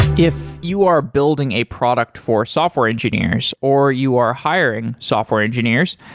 if you are building a product for software engineers, or you are hiring software engineers,